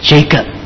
Jacob